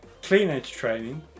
cleanedgetraining